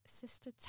sister